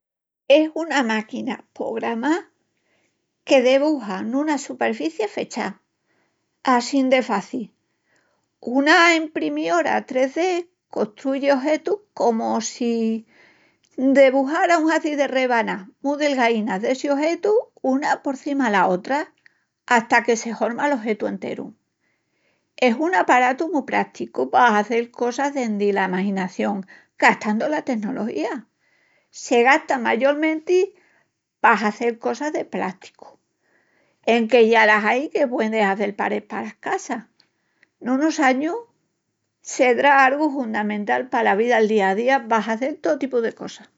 Es una máquina pogramá que debuja nuna superfici fechá. Assín de faci: una emprimiora 3D costruyi ojetus comu si debujara un hazi de rebanás mu delgaínas d'essi ojetu, una por cima la otra, ata que se horma l'ojetu enteru. Es un aparatu mu práticu pa hazel cosas dendi la maginación gastandu la tenología, se gasta mayolmenti pa hazel cosas de prásticu, enque ya las ain que puein de hazel parés palas casas, nunus añus sedrá argu hundamental pala via'l día a día, pa hazel tó tipu de cosas.